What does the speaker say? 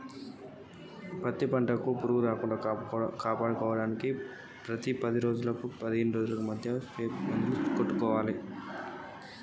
నా పత్తి పంట పురుగు పట్టకుండా ఎలా కాపాడుకోవాలి?